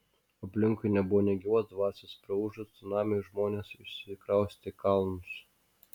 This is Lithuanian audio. aplinkui nebuvo nė gyvos dvasios praūžus cunamiui žmonės išsikraustė į kalnus